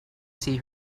see